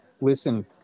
listen